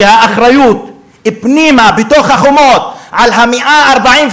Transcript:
שהאחריות פנימה, בתוך החומות, ל-144